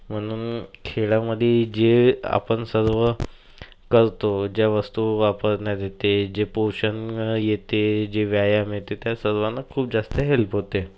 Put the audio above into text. म्हणून खेळामध्ये जे आपण सर्व करतो ज्या वस्तू वापरण्यात येते जे पोषण येते जे व्यायाम येते त्या सर्वांना खूप जास्त हेल्प होते